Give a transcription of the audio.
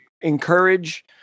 encourage